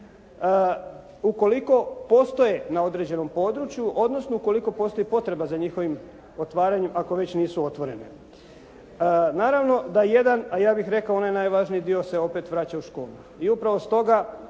Ukoliko postoje na određenom području, odnosno ukoliko postoji potreba za njihovim otvaranjem, ako već nisu otvorene. Naravno da jedan, a ja bih rekao onaj najvažniji dio se opet se vraća u škole. I upravo stoga